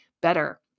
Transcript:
better